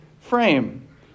frame